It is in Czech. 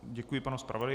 Děkuji panu zpravodaji.